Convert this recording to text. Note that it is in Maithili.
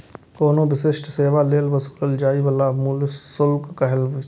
कोनो विशिष्ट सेवा लेल वसूलल जाइ बला मूल्य शुल्क कहाबै छै